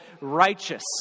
righteous